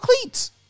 cleats